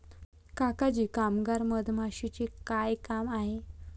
काका जी कामगार मधमाशीचे काय काम आहे